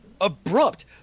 abrupt